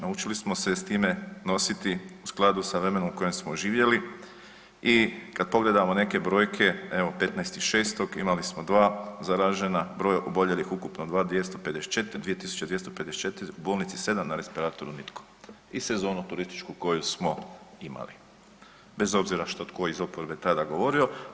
Naučili smo se s time nositi u skladu s vremenom u kojem smo živjeli i kad pogledamo neke brojke, evo 15.6. imali smo 2 zaražena, broj oboljelih ukupno 2.254 u bolnici 7 na respiratoru nitko i sezonu turističku koju smo imali bez obzira što tko iz oporbe tada govorio.